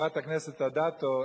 חברת הכנסת אדטו,